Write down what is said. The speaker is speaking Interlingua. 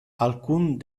alcun